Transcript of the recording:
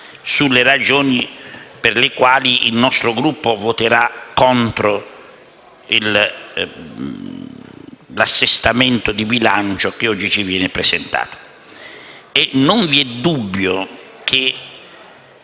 sulle ragioni per le quali il nostro Gruppo voterà contro l'assestamento di bilancio che oggi ci viene presentato. Non vi è dubbio che